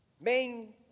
main